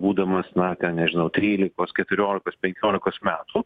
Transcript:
būdamas na ten nežinau trylikos keturiolikos penkiolikos metų